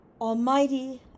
Almighty